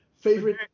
Favorite